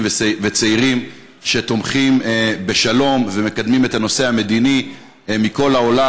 וצעירים שתומכים בשלום ומקדמים את הנושא המדיני מכל העולם.